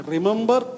Remember